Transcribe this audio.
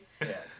yes